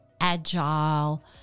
agile